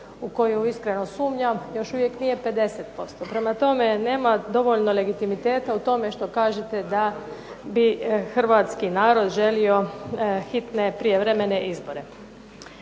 u koju iskreno sumnjam, još uvijek nije 50%. Prema tome, nema dovoljno legitimiteta u tome što kažete da bi hrvatski narod želio hitne prijevremene izbore.